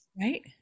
right